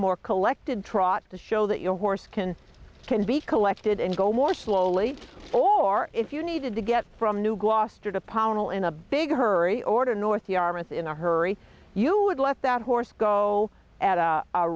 more collected trot to show that your horse can can be collected and go more slowly or if you needed to get from new gloucester to pollen all in a big hurry order north yarmouth in a hurry you would let that horse go at a